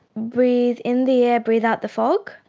breathe in the air, breathe out the fog,